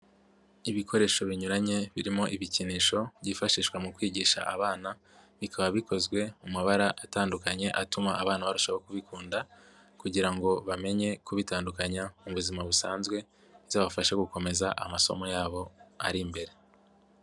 Ibikoresho binyuranye birimo ibikinisho byifashishwa mu kwigisha abana, bikaba bikozwe mu mabara atandukanye atuma abana barushaho kubikunda kugira ngo bamenye kubitandukanya mu buzima busanzwe, bizabafashe gukomeza amasomo yabo ari imbere.